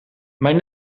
mijn